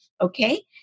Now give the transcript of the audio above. okay